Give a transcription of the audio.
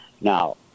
Now